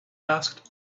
asked